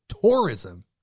tourism